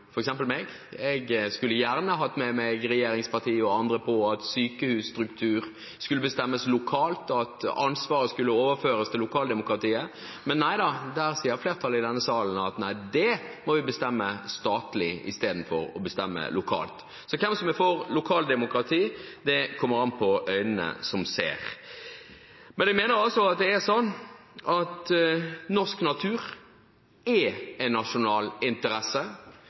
med meg regjeringspartiene og andre på at sykehusstruktur skulle bestemmes lokalt, og at ansvaret skulle overføres til lokaldemokratiet. Men nei da, der sier flertallet i denne salen at det må vi bestemme statlig istedenfor å bestemme lokalt. Så hvem som er for lokaldemokrati, kommer an på øynene som ser. Men jeg mener altså at norsk natur er en nasjonal interesse.